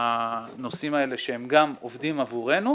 הוא מנהל המדור של הנושאים האלה שהם גם עובדים עבורנו.